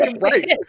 Right